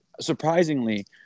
surprisingly